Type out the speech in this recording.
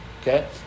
Okay